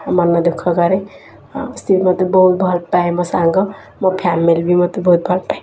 ଆଉ ମନ ଦୁଃଖ କରେ ଆଉ ସେ ମୋତେ ବହୁତ ଭଲ ପାଏ ମୋ ସାଙ୍ଗ ମୋ ଫ୍ୟାମିଲି ବି ମୋତେ ବହୁତ ଭଲ ପାଏ